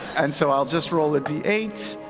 and so i'll just roll a d eight,